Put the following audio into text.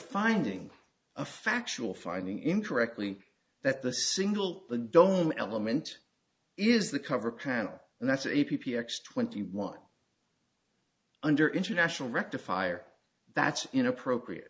finding of factual finding incorrectly that the single the dome element is the cover kind and that's a p p x twenty one under international rectifier that's inappropriate